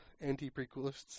anti-prequelists